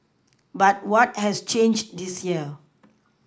but what has changed this year